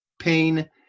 pain